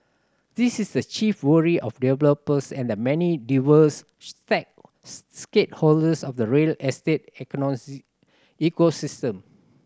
this is the chief worry of developers and the many diverse of the real estate ecosystem